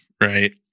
right